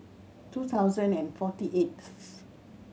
two thousand and forty eighth